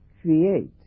create